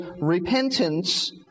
repentance